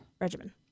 regimen